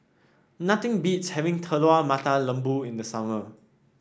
nothing beats having Telur Mata Lembu in the summer